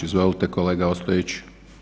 Izvolite kolega Ostojić.